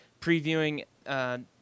previewing –